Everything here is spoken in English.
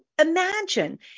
imagine